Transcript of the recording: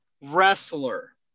wrestler